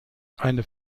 eine